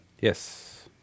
yes